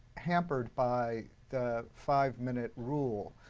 hampered by the five minute rule.